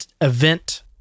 event